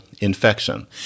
infection